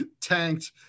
tanked